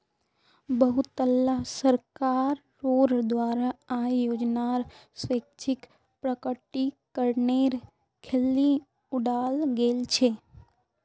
बहुतला सरकारोंर द्वारा आय योजनार स्वैच्छिक प्रकटीकरनेर खिल्ली उडाल गेल छे